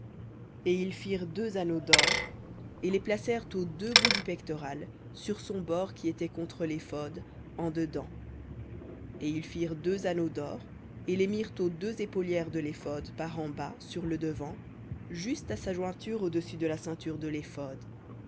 et tu feras deux anneaux d'or et tu les placeras aux deux bouts du pectoral sur son bord qui est contre l'éphod en dedans et tu feras deux anneaux d'or et tu les mettras aux deux épaulières de l'éphod par en bas sur le devant juste à sa jointure au-dessus de la ceinture de